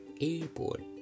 Airport